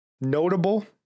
notable